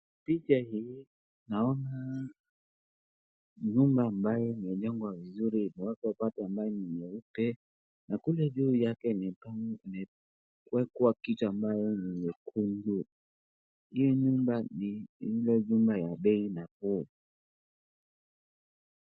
Picha hii naona nyumba ambaye imejengwa vizuri imeekwa rangi ambayo ni nyeupe, na kule juu yake ni kama imewekwa kitu amabaye ni nyekundu. Hiyo nyumba ni ile nyumba ya bei nafu.